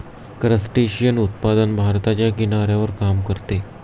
crustacean उत्पादन भारताच्या किनाऱ्यावर काम करते